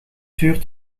vuur